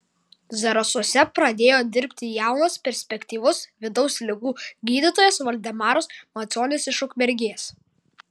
zarasuose pradėjo dirbti jaunas perspektyvus vidaus ligų gydytojas valdemaras macionis iš ukmergės